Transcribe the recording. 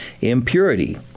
Impurity